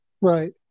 Right